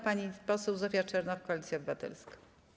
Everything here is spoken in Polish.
Pani poseł Zofia Czernow, Koalicja Obywatelska.